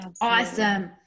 Awesome